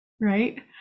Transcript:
right